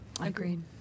Agreed